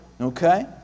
Okay